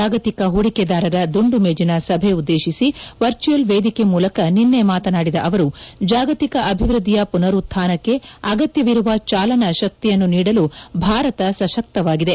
ಜಾಗತಿಕ ಹೂಡಿಕೆದಾರರ ದುಂಡು ಮೇಜಿನ ಸಭೆ ಉದ್ದೇಶಿಸಿ ವರ್ಚುವಲ್ ವೇದಿಕೆ ಮೂಲಕ ನಿನ್ನೆ ಮಾತನಾಡಿದ ಅವರು ಜಾಗತಿಕ ಅಭಿವೃದ್ಧಿಯ ಪುನರುತ್ಮನಕ್ಕೆ ಅಗತ್ಯವಿರುವ ಚಾಲನಾ ಶಕ್ತಿಯನ್ನು ನೀಡಲು ಭಾರತ ಸಶಕ್ತವಾಗಿದೆ